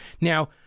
Now